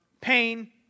pain